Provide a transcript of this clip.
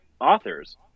authors